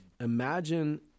imagine